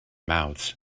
mouths